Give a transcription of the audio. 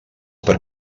per